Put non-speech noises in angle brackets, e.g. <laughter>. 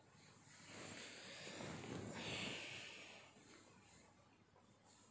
<breath>